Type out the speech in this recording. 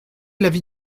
l’avis